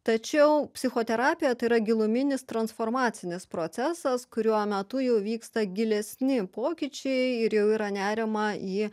tačiau psichoterapija tai yra giluminis transformacinis procesas kurio metu jau vyksta gilesni pokyčiai ir jau yra neriama į